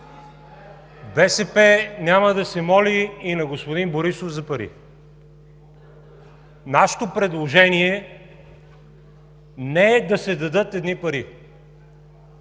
БСП няма да се моли и на господин Борисов за пари! Нашето предложение не е да се дадат едни пари,